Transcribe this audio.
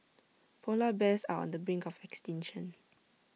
Polar Bears are on the brink of extinction